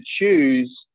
choose